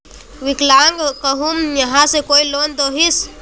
विकलांग कहुम यहाँ से कोई लोन दोहिस?